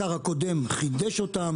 השר הקודם חידש אותן,